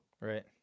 Right